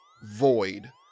void